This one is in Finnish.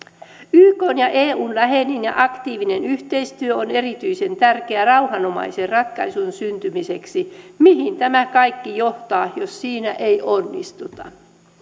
ykn ja eun läheinen ja aktiivinen yhteistyö on erityisen tärkeää rauhanomaisen ratkaisun syntymiseksi mihin tämä kaikki johtaa jos siinä ei onnistuta